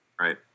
Right